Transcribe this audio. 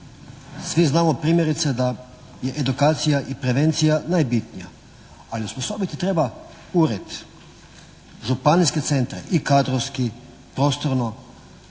Svi znamo primjerice da je edukacija i prevencija najbitnija ali osposobiti treba ured, županijske centre i kadrovski, prostorno